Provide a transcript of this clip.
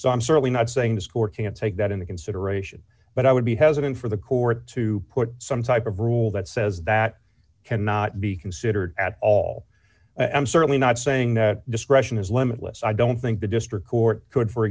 so i'm certainly not saying this court can't take that into consideration but i would be has been for the court to put some type of rule that says that cannot be considered at all and i'm certainly not saying that discretion is limitless i don't think the district court could for